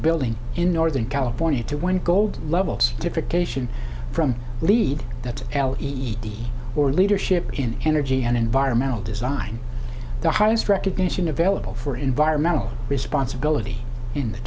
building in northern california to win gold levels to pick a sheen from lead that l eat or leadership in energy and environmental design the highest recognition available for environmental responsibility in the